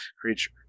creature